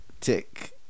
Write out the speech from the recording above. tick